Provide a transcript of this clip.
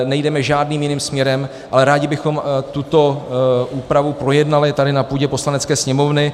Nejdeme žádným jiným směrem, ale rádi bychom tuto úpravu projednali tady na půdě Poslanecké sněmovny.